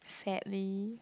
sadly